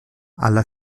alla